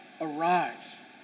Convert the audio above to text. arise